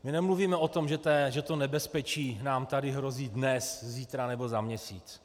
My nemluvíme o tom, že to nebezpečí nám tady hrozí dnes, zítra nebo za měsíc.